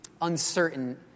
uncertain